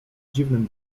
dziwnym